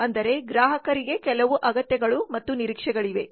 ಅಂದರೆ ಗ್ರಾಹಕರಿಗೆ ಕೆಲವು ಅಗತ್ಯಗಳು ಮತ್ತು ನಿರೀಕ್ಷೆಗಳಿವೆ